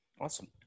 Awesome